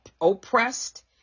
oppressed